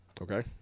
Okay